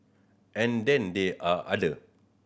and then there are other